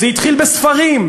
זה התחיל בספרים,